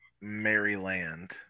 Maryland